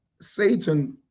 Satan